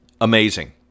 Amazing